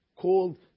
called